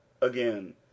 again